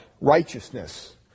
righteousness